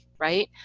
right.